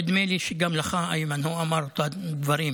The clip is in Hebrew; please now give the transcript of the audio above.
נדמה לי שגם לך, איימן, הוא אמר את אותם הדברים.